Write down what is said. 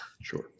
Sure